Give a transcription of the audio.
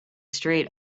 street